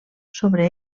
sobre